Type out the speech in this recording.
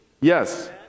Yes